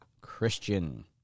Christian